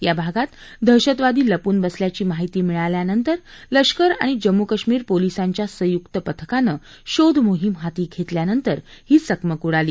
या भागात दहशतवादी लपून बसल्याची माहिती मिळाल्यानंतर लष्कर आणि जम्मू कश्मीर पोलिसांच्या संयुक पथकानं शोध मोहीम हाती घेतल्यानंतर ही चकमक उडाली